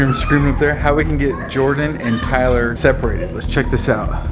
um screaming up there? how we can get jordan and tyler separated. let's check this out.